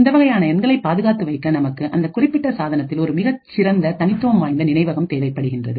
இந்த வகையான எண்களை பாதுகாத்து வைக்க நமக்கு அந்தக் குறிப்பிட்ட சாதனத்தில் ஒரு மிகச்சிறந்த தனித்துவம் வாய்ந்த நினைவகம் தேவைப்படுகின்றது